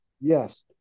Yes